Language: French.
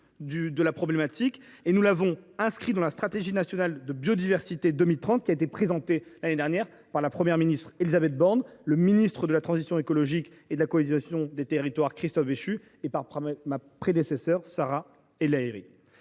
une priorité que nous avons inscrite dans la stratégie nationale biodiversité 2030, présentée l’année dernière par la Première ministre Élisabeth Borne, le ministre de la transition écologique et de la cohésion des territoires, Christophe Béchu, et ma prédécesseure, Sarah El Haïry.